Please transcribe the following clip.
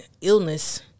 illness